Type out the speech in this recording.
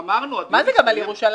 גמרנו, הדיון הסתיים.